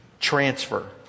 transfer